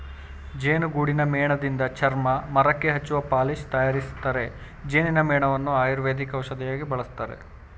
ಜೇನುಗೂಡಿನ ಮೇಣದಿಂದ ಚರ್ಮ, ಮರಕ್ಕೆ ಹಚ್ಚುವ ಪಾಲಿಶ್ ತರಯಾರಿಸ್ತರೆ, ಜೇನಿನ ಮೇಣವನ್ನು ಆಯುರ್ವೇದಿಕ್ ಔಷಧಿಯಾಗಿ ಬಳಸ್ತರೆ